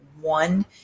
one